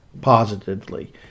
positively